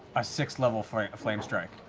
a sixth level flame flame strike.